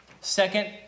Second